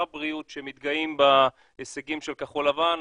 הבריאות שמתגאים בהישגים של כחול-לבן,